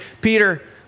Peter